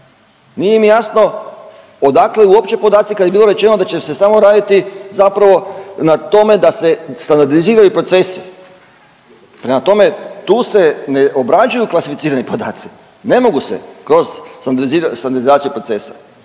Nije mi jasno odakle uopće podaci kad je bilo rečeno da će se stalno raditi zapravo na tome da se standardizirani procesi, prema tome tu se ne obrađuju klasificirani podaci. Ne mogu se kroz standardizaciju procesa.